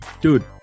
Dude